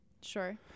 Sure